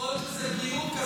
שזה בריאות,